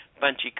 Bunchy